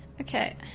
Okay